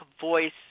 Voice